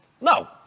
No